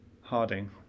Harding